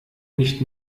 nicht